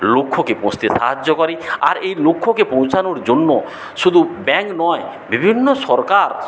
লক্ষ্যকে পৌঁছাতে সাহায্য করে আর এই লক্ষ্যকে পৌঁছানোর জন্য শুধু ব্যাঙ্ক নয় বিভিন্ন সরকার